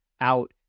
out